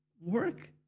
work